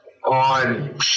on